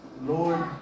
lord